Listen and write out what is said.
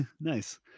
Nice